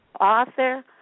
author